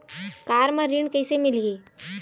Car म ऋण कइसे मिलही?